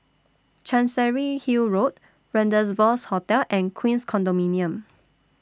Chancery Hill Road Rendezvous Hotel and Queens Condominium